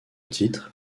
titre